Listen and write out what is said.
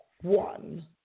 One